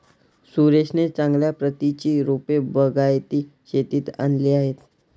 सुरेशने चांगल्या प्रतीची रोपे बागायती शेतीत आणली आहेत